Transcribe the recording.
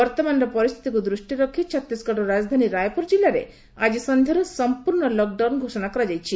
ବର୍ଭମାନର ପରିସ୍ଥିତିକୁ ଦୃଷ୍ଟିରେ ରଖି ଛତିଶଗଡ଼ ରାଜଧାନୀ ରାୟପୁର ଜିଲ୍ଲାରେ ଆଜି ସନ୍ଧ୍ୟାରୁ ସମ୍ପର୍ଷ ଲକ୍ଡାଉନ୍ ଘୋଷଣା କରାଯାଇଛି